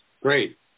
Great